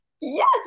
yes